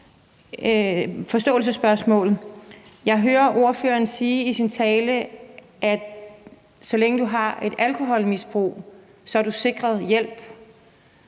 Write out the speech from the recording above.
forståelsesspørgsmål. Jeg hører ordføreren sige i sin tale, at så længe du har et alkoholmisbrug, er du sikret hjælp.